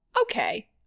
okay